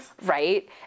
Right